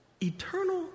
Eternal